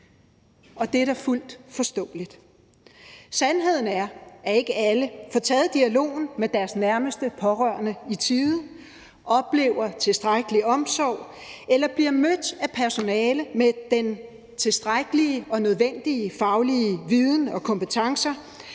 Det er da fuldt forståeligt. Sandheden er, at ikke alle får taget dialogen med deres nærmeste pårørende i tide, oplever tilstrækkelig omsorg eller bliver mødt af personale med den tilstrækkelige og nødvendige faglige viden og kompetencer